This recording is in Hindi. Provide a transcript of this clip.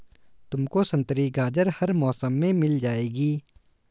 तुमको संतरी गाजर हर मौसम में मिल जाएगी